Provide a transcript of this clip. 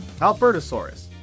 Albertosaurus